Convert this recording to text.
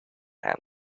hand